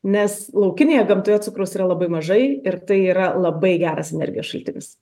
nes laukinėje gamtoje cukraus yra labai mažai ir tai yra labai geras energijos šaltinis